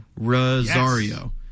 Rosario